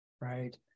right